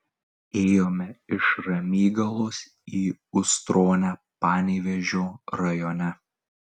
ėjome iš ramygalos į ustronę panevėžio rajone